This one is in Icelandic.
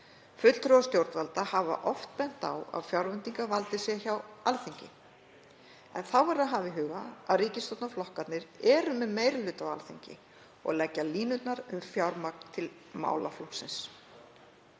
Fulltrúar stjórnvalda hafa oft bent á að fjárveitingavaldið sé hjá Alþingi en þá verður að hafa í huga að ríkisstjórnarflokkarnir eru með meiri hluta á Alþingi og leggja línurnar um fjármagn til málaflokksins